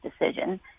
decision